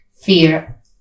fear